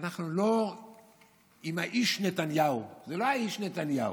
שאנחנו לא עם האיש נתניהו, זה לא האיש נתניהו.